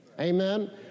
amen